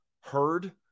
heard